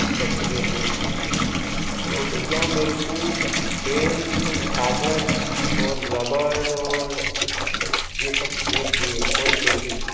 अच्छा श्री हरिष्ट मिश्र जी तो तो भैया मेरे को पैन कागज़ और रबड़ और यह सब चीज़ें चाहिए और कैंची